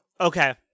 Okay